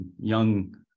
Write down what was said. young